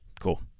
Cool